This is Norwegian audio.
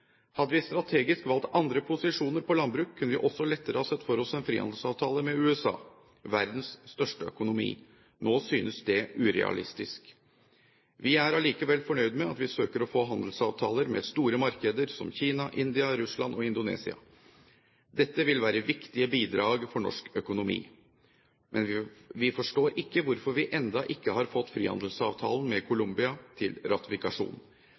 Hadde vi strategisk valgt andre posisjoner på landbruk, kunne vi også lettere ha sett for oss en frihandelsavtale med USA – verdens største økonomi. Nå synes det urealistisk. Vi er allikevel fornøyde med at vi søker å få handelsavtaler med store markeder som Kina, India, Russland og Indonesia. Dette vil være viktige bidrag for norsk økonomi, men vi forstår ikke hvorfor vi ennå ikke har fått frihandelsavtalen med Colombia til ratifikasjon.